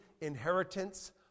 inheritance